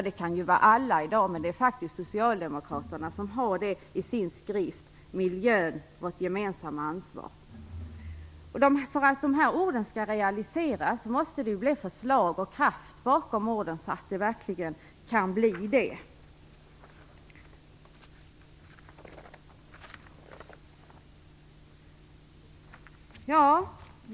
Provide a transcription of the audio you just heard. Det kan i dag vara alla, men det är faktiskt Socialdemokraterna som har det i sin skrift Miljön, vårt gemensamma ansvar. För att dessa ord skall realiseras måste det komma förslag och kraft bakom orden så att det verkligen kan bli så.